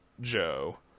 Joe